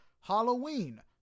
Halloween